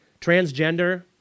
Transgender